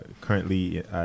currently